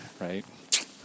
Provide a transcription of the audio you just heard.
right